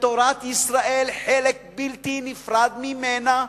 שתורת ישראל היא חלק בלתי נפרד ממנה,